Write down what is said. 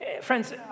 Friends